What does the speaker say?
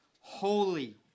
holy